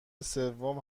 سوم